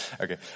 okay